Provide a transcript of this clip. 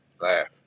Laugh